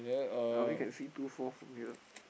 I only can see two four from here